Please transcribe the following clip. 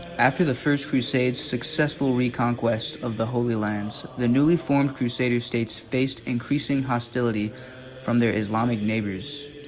after the first crusades successful reconquest of the holy lands, the newly formed crusader states faced increasing hostility from their islamic neighbors.